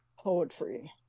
Poetry